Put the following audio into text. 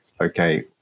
okay